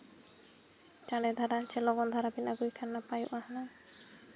ᱪᱟᱬᱮ ᱫᱷᱟᱨᱟ ᱪᱮ ᱞᱚᱜᱚᱱ ᱫᱷᱟᱨᱟ ᱵᱤᱱ ᱟᱹᱜᱩᱭ ᱠᱷᱟᱱ ᱱᱟᱯᱟᱭᱚᱜᱼᱟ ᱦᱩᱱᱟᱹᱝ